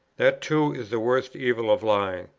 that too is the worst evil of lying,